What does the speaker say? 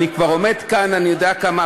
אני עומד כאן כבר,